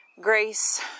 grace